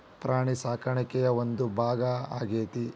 ಪ್ರಾಣಿ ಸಾಕಾಣಿಕೆಯ ಒಂದು ಭಾಗಾ ಆಗೆತಿ